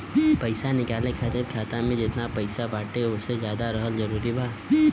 पईसा निकाले खातिर खाता मे जेतना पईसा बाटे ओसे ज्यादा रखल जरूरी बा?